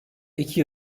iki